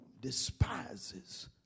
despises